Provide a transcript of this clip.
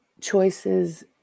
choices